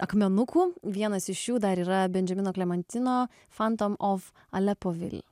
akmenukų vienas iš jų dar yra bendžiamino klementino phantom of alepo vil